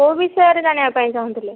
କେଉଁ ବିଷୟରେ ଜାଣିବା ପାଇଁ ଚାହୁଁଥିଲେ